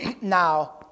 now